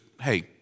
hey